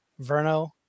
Verno